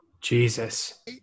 Jesus